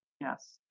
yes